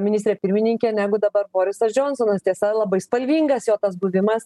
ministrė pirmininkė negu dabar borisas džionsonas tiesa labai spalvingas jo tas buvimas